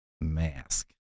mask